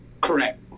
Correct